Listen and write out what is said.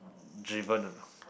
driven a not